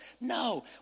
No